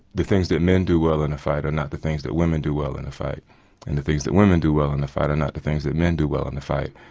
the things that men do well in a fight are not the things that women do well in a fight and the things that women do well in a fight are not the things that men do well in a fight.